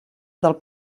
del